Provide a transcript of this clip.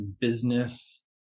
business